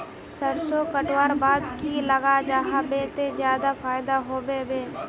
सरसों कटवार बाद की लगा जाहा बे ते ज्यादा फायदा होबे बे?